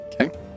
Okay